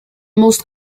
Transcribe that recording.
most